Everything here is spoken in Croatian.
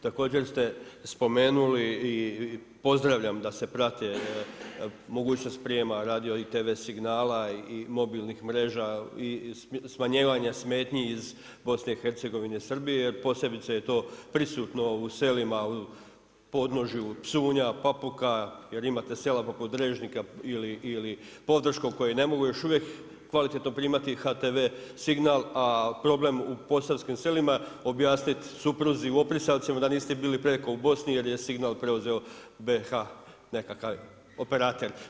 Također ste spomenuli i pozdravljam da se prate mogućnost prijema radio i tv signala i mobilnih mreža i smanjivanja smetnji iz BiH i Srbije, posebice je to prisutno u selima u podnožju Psunja, Papuka jel imate sela poput Drežnika ili … koji ne mogu još uvijek kvalitetno primati HTV signal, a problem u posavskim selima objasnit supruzi u Oprisavcima da niste bili preko u Bosni jer je signal preuzeo BiH nekakav operater.